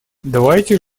давайте